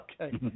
okay